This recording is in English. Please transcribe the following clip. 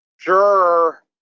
juror